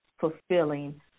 fulfilling